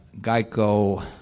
Geico